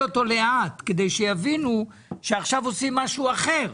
אותו לאט כדי שיבינו שעכשיו עושים משהו אחר.